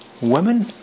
women